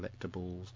collectibles